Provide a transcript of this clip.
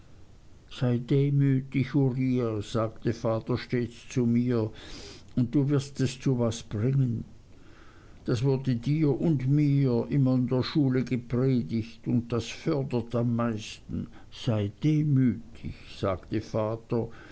sei demütig uriah sagte vater stets zu mir und du wirst es zu was bringen das wurde dir und mir immer in der schule gepredigt und das fördert am meisten sei demütig sagte vater